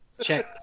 check